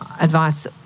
advice